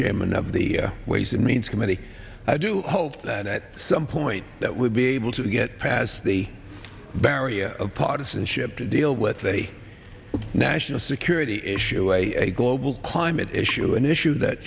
chairman of the ways and means committee i do hope that at some point that will be able to get past the barrier of partisanship to deal with a national security issue a global climate issue an issue that